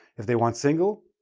if they want single,